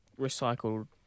recycled